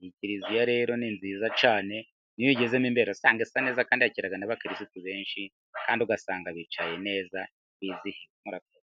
Iyi kiriziya rero ni nziza cyane, n'iyo uyigezemo imbere, usanga isa neza kandi yakira n'abakiriristu benshi, kandi ugasanga bicaye neza bizihiwe, murakoze!